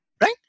Right